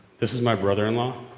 this is my brother-in-law.